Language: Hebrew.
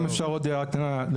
אם אפשר עוד הרבה קטנה.